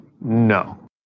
no